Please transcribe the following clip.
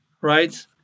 right